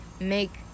make